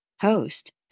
host